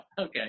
Okay